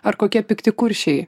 ar kokie pikti kuršiai